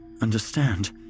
understand